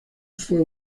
fue